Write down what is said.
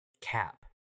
cap